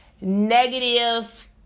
negative